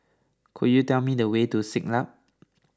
could you tell me the way to Siglap